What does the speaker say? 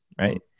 right